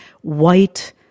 white